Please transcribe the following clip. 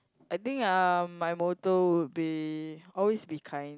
I think uh my motto would be always be kind